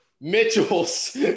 Mitchell's